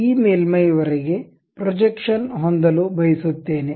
ಈ ಮೇಲ್ಮೈಯವರೆಗೆ ಪ್ರೊಜೆಕ್ಷನ್ ಹೊಂದಲು ಬಯಸುತ್ತೇನೆ